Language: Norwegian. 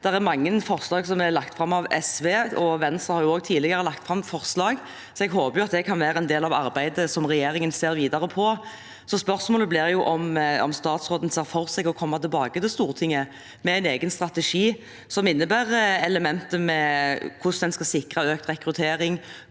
Det er mange forslag som er lagt fram av SV, og Venstre har også tidligere lagt fram forslag, så jeg håper at det kan være en del av arbeidet som regjeringen ser videre på. Spørsmålet blir om statsråden ser for seg å komme tilbake til Stortinget med en egen strategi som har elementer om hvordan en skal sikre økt rekruttering,